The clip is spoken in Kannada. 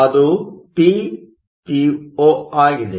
ಅದು ppo ಆಗಿದೆ